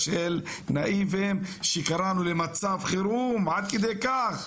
של נאיביים שקראנו למצב חירום עד כדי כך,